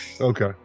Okay